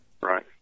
Right